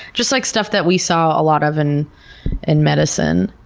just like stuff that we saw a lot of in and medicine.